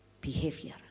behavior